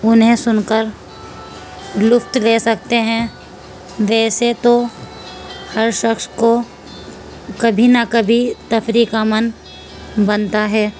انہیں سن کر لطف لے سکتے ہیں ویسے تو ہر شخص کو کبھی نہ کبھی تفریح کا من بنتا ہے